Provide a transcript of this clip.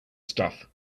stuff